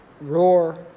roar